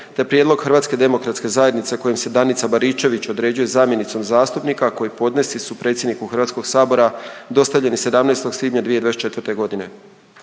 te prijedlog Domovinskog pokreta kojim se Ive Čaleta Car određuje zamjenikom zastupnika, a koji podnesci su predsjedniku Hrvatskog sabora dostavljeni 17. svibnja 2024. godine.